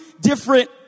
different